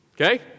Okay